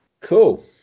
cool